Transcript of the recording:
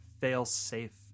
fail-safe